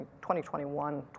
2021